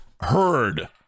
heard